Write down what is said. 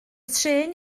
trên